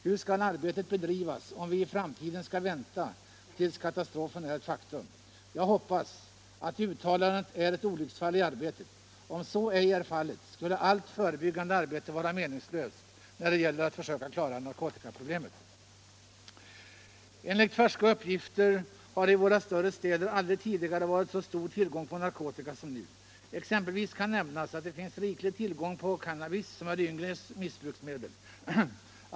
Hur skall arbetet bedrivas om vi i framtiden skall vänta tills katastrofen är ett faktum? Jag hoppas att uttalandet är ett olycksfall i arbetet. Om så ej vore fallet, skulle allt förebyggande arbete vara meningslöst när det gäller att försöka klara narkotikaproblemet. Enligt färska uppgifter har det i våra större städer aldrig tidigare varit så stor tillgång på narkotika som nu. Exempelvis kan nämnas att det finns riklig tillgång på cannabis, som är de yngres missbruksmedel.